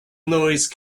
noise